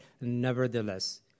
nevertheless